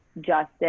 justice